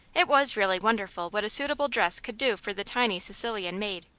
it was really wonderful what a suitable dress could do for the tiny sicilian maid.